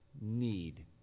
need